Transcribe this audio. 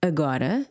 Agora